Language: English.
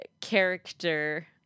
character